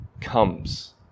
comes